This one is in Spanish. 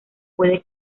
puede